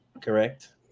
Correct